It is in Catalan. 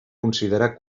considerar